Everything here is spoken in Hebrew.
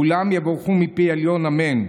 כולם יבורכו מפי עליון, אמן.